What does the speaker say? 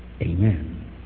Amen